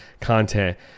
content